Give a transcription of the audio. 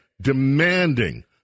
demanding